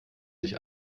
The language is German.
sich